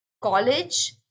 college